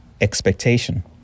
expectation